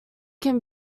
can